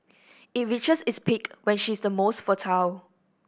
it reaches its peak when she is most fertile